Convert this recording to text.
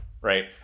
right